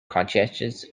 conscientious